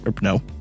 no